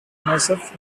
myself